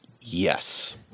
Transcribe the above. Yes